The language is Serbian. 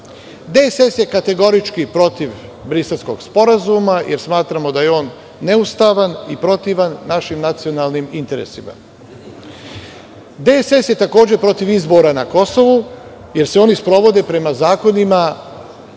je kategorički protiv Briselskog sporazuma, jer smatramo da je on neustavan i protivan našim nacionalnim interesima. Demokratska stranka Srbije je takođe protiv izbora na Kosovu, jer se oni sprovode prema zakonima